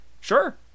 Sure